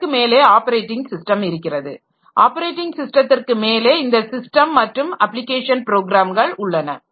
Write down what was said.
அதற்கு மேலே operating system இருக்கிறது ஆப்பரேட்டிங் ஸிஸ்டத்திற்கு மேலே இந்த ஸிஸ்டம் மற்றும் அப்ளிகேஷன் ப்ரோக்ராம்கள் உள்ளன